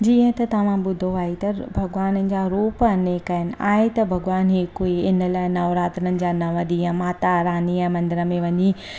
जीअं त तव्हां ॿुधो आहे त भॻिवाननि जा रूप अनेक आहिनि आहे त भगवान हिकु ई इन लाइ नवरात्रनि जा नव ॾींहं माता रानी जा मंदर में वञी